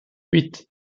huit